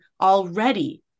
already